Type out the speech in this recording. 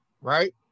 right